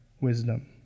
wisdom